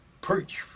preach